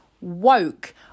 woke